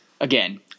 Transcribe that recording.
again